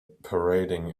parading